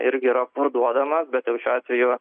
irgi yra parduodama bet jau šiuo atveju